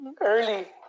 early